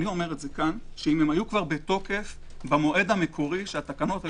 שאם היו בתוקף במועד המקורי של התקנות,